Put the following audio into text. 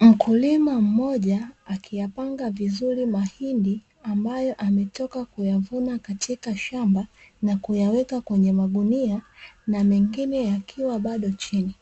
Mkulima mmoja akiyapanga vizuri mahindi ambayo ametoka kuyavunja katika shamba; na kuyaweka kwenye magunia na mengine yakiwa bado chini,